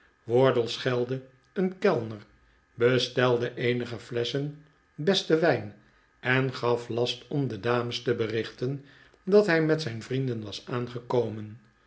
wardle schelde een kellner bestelde eenige flesschen besten wijn en gaf last om de dames te berichten dat hij met zijn vrienden was aangekomen